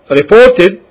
reported